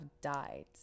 died